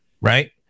Right